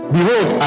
Behold